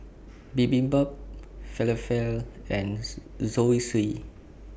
Bibimbap Falafel and Zosui